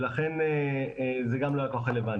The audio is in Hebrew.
לכן זה גם לא היה כל כך רלוונטי.